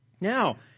Now